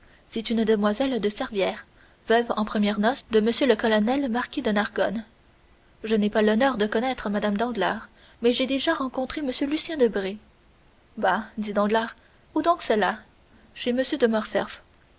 c'est une demoiselle de servières veuve en premières noces de m le colonel marquis de nargonne je n'ai pas l'honneur de connaître mme danglars mais j'ai déjà rencontré m lucien debray bah dit danglars où donc cela chez m de